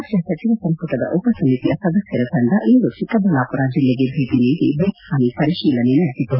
ರಾಜ್ನ ಸಚಿವ ಸಂಪುಟದ ಉಪಸಮಿತಿಯ ಸದಸ್ಯರ ತಂಡ ಇಂದು ಚಿಕ್ಕಬಳ್ಳಾಮರ ಜಿಲ್ಲೆಗೆ ಭೇಟಿ ನೀಡಿ ಬೆಳೆಹಾನಿ ಪರಿಶೀಲನೆ ನಡೆಸಿತು